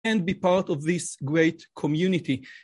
and be part of this great community.